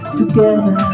together